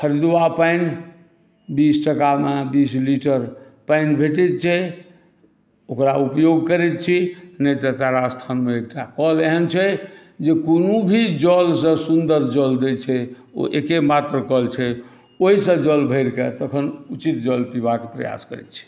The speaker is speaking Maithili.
ख़रीदुआ पानि बीस टकामे बीस लीटर पानि भेटैत छै ओकरा उपयोग करै छी नहि तऽ तारास्थानमे एकटा कल एहन छै जे कोनो भी जलसॅं सुन्दर जल दै छै ओ एके मात्र कल छै ओहिसॅं जल भरिक तखन उचित जल पीबाक प्रयास करै छी